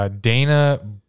Dana